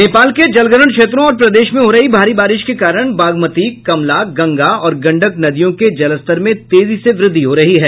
नेपाल के जलग्रहण क्षेत्रों और प्रदेश में हो रही भारी बारिश के कारण बागमती कमला गंगा और गंडक नदियों के जलस्तर में तेजी से वृद्धि हो रही है